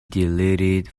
deleted